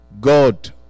God